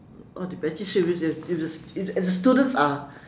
all depends if the the the students are